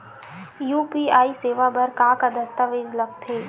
UPI सेवा बर का का दस्तावेज लगथे?